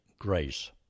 grace